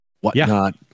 whatnot